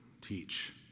teach